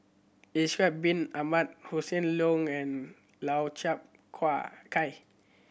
Ishak Bin Ahmad Hossan Leong and Lau Chiap Khai